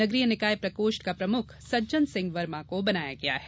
नगरीय निकाय प्रकोष्ठ का प्रमुख सज्जन सिंह वर्मा को बनाया गया है